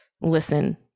listen